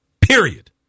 Period